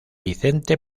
vicente